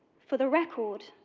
for the record,